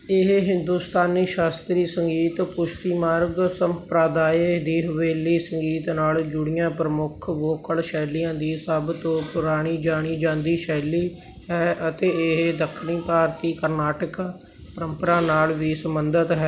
ਇਹ ਹਿੰਦੁਸਤਾਨੀ ਸ਼ਾਸਤਰੀ ਸੰਗੀਤ ਪੁਸ਼ਤੀ ਮਾਰਗ ਸੰਪ੍ਰਦਾਇ ਦੀ ਹਵੇਲੀ ਸੰਗੀਤ ਨਾਲ ਜੁੜੀਆਂ ਪ੍ਰਮੁੱਖ ਵੋਕਲ ਸ਼ੈਲੀਆਂ ਦੀ ਸਭ ਤੋਂ ਪੁਰਾਣੀ ਜਾਣੀ ਜਾਂਦੀ ਸ਼ੈਲੀ ਹੈ ਅਤੇ ਇਹ ਦੱਖਣੀ ਭਾਰਤੀ ਕਾਰਨਾਟਕ ਪਰੰਪਰਾ ਨਾਲ ਵੀ ਸੰਬੰਧਿਤ ਹੈ